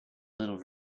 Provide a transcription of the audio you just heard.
little